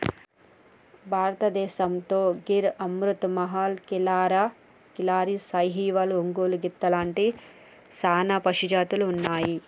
భారతదేసంతో గిర్ అమృత్ మహల్, కిల్లారి, సాహివాల్, ఒంగోలు గిత్త లాంటి సానా పశుజాతులు ఉన్నాయి